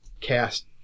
cast